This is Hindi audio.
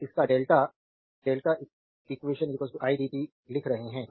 तो यहाँ डेल्टा eq i dt लिख रहे हैं